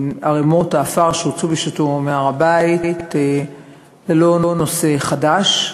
ערמות העפר שהוצאו בשעתו מהר-הבית הן לא נושא חדש,